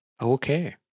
Okay